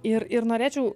ir ir norėčiau